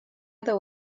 other